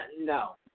no